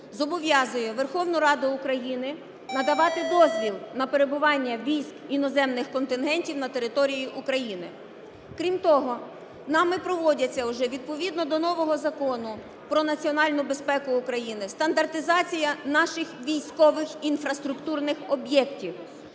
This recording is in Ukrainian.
зобов'язує Верховну Раду України надавати дозвіл на перебування військ іноземних контингентів на території України. Крім того, нами проводиться вже відповідно до нового Закону "Про національну безпеку України" стандартизація наших військових інфраструктурних об'єктів.